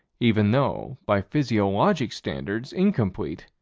even though, by physiologic standards, incomplete,